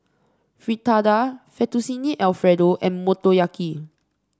Fritada Fettuccine Alfredo and Motoyaki